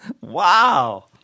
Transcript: Wow